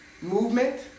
movement